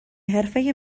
حرفه